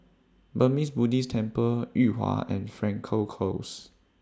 Burmese Buddhist Temple Yuhua and Frankel Close